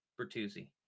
Bertuzzi